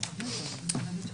הסכמת התובע.